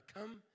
come